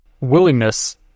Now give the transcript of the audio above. willingness